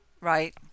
right